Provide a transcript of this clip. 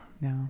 No